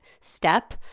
step